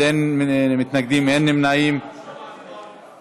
(אי-העלאת גיל הפרישה),